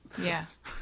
yes